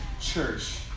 Church